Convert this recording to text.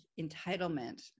entitlement